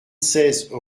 seize